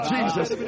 Jesus